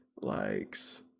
likes